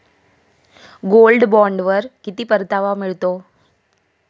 Gold बॉण्डवर किती परतावा मिळतो?